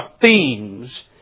themes